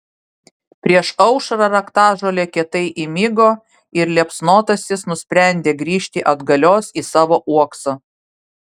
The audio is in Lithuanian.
prieš aušrą raktažolė kietai įmigo ir liepsnotasis nusprendė grįžti atgalios į savo uoksą